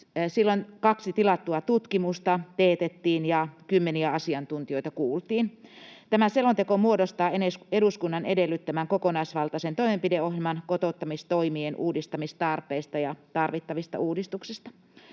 Silloin kaksi tilattua tutkimusta teetettiin ja kymmeniä asiantuntijoita kuultiin. Tämä selonteko muodostaa eduskunnan edellyttämän kokonaisvaltaisen toimenpideohjelman kotouttamistoimien uudistamistarpeista ja tarvittavista uudistuksista.